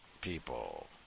people